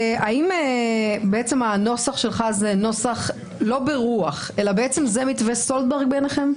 האם הנוסח שלך זה מתווה סולברג בעיניכם?